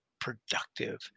productive